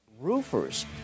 Roofers